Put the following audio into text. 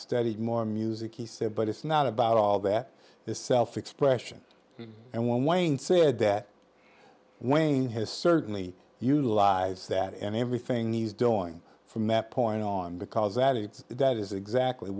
studied more music he said but it's not about all that is self expression and when wayne said that wayne has certainly you lives that and everything he's doing from that point on because alex that is exactly